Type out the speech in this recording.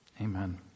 Amen